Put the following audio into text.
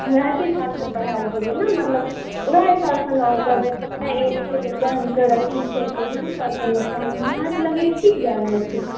उएहके हिसाबसँ पढ़ायल जेतै ने मतलब उएह हिसाबसँ ने ओकर जे एज बच्चा छै हुनकर अथि छै तऽ उएह हिसाबसँ नहि हमरा तऽ लगैए ठीक जा रहल छै